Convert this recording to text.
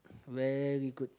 very good